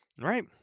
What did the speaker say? Right